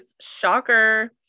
shocker